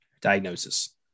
diagnosis